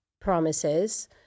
promises